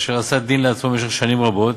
אשר עשה דין לעצמו במשך שנים רבות,